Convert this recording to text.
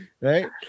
Right